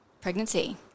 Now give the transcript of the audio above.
pregnancy